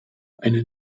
eine